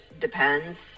depends